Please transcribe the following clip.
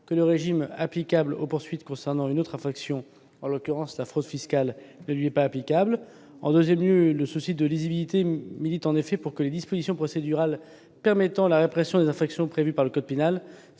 que le régime applicable aux poursuites concernant une autre infraction, en l'occurrence la fraude fiscale, ne lui est pas applicable. Ensuite, le souci de lisibilité milite pour que les dispositions procédurales permettant la répression des infractions prévues par le code pénal